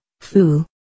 Fool